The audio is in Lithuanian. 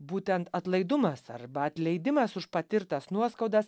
būtent atlaidumas arba atleidimas už patirtas nuoskaudas